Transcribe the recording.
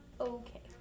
Okay